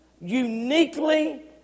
uniquely